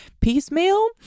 piecemeal